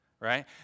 right